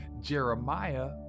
Jeremiah